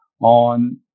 on